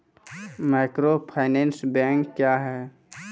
Microfinance bank क्या हैं?